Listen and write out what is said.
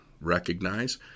recognize